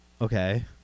Okay